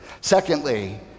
Secondly